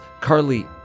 Carly